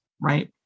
right